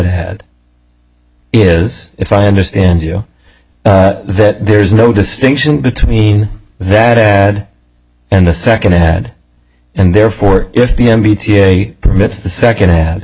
had is if i understand you that there's no distinction between that ad and the second ad and therefore if the bta permits the second ad